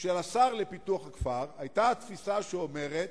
של השר לפיתוח הכפר, היתה תפיסה שאומרת: